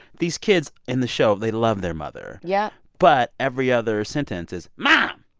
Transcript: these kids in the show they love their mother yeah but every other sentence is mom,